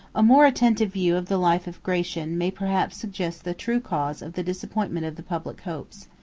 a more attentive view of the life of gratian may perhaps suggest the true cause of the disappointment of the public hopes.